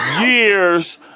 years